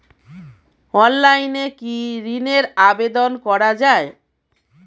অনলাইনে কি ঋণের আবেদন করা যায়?